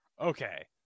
Okay